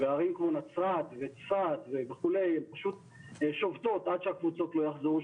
וערים כמו נצרת וצפת וכולי פשוט שוקטות עד שהקבוצות לא יחזרו,